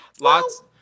lots